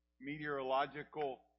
meteorological